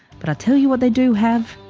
but i tell you what they do have.